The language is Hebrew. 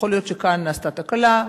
יכול להיות שכאן נעשתה תקלה,